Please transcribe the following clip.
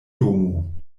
domo